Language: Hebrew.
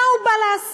מה הוא בא לעשות?